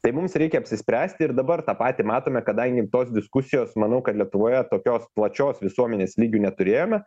tai mums reikia apsispręsti ir dabar tą patį matome kadangi tos diskusijos manau kad lietuvoje tokios plačios visuomenės lygiu neturėjome